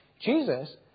Jesus